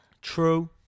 true